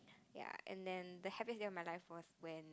ya and then the happiest day of my life was when